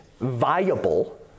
viable